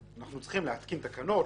אנחנו צריכים להתקין תקנות,